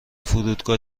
فرودگاه